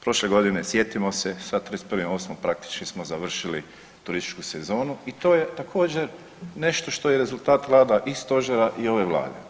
Prošle godine sjetimo se sa 31.8. praktički smo završili turističku sezonu i to je također nešto što je rezultat rada i Stožera i ove Vlade.